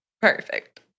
Perfect